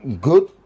Good